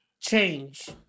change